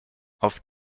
auf